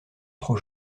trop